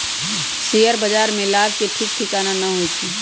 share बाजार में लाभ के ठीक ठिकाना न होइ छइ